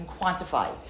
quantify